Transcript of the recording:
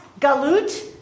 galut